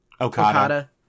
okada